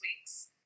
weeks